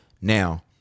now